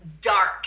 dark